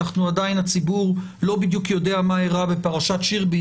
עדיין הציבור לא בדיוק יודע מה אירע בפרשת שירביט,